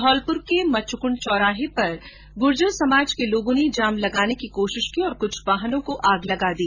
धौलपुर में मचकुण्ड चौराहे पर गुर्जर समाज के लोगों ने जाम लगाने की कोशिश की और कुछ वाहनों को आग भी लगा दी